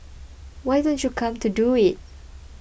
why don't you come to do it